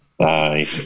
Aye